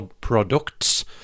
products